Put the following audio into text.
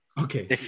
Okay